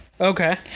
Okay